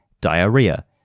diarrhea